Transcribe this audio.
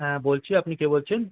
হ্যাঁ বলছি আপনি কে বলছেন